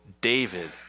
David